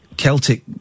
Celtic